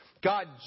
God